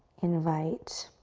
invite